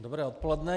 Dobré odpoledne.